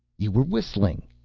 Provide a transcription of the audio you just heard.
you were whistling.